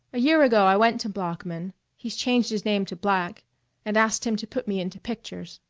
a year ago i went to bloeckman he's changed his name to black and asked him to put me into pictures.